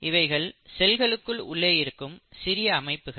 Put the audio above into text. இவைகள் செல்களுக்கு உள்ளே இருக்கும் சிறிய அமைப்புகள்